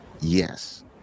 Yes